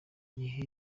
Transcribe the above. gihe